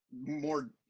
more